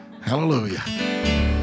Hallelujah